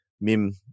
Mim